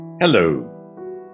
hello